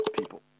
people